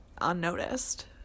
unnoticed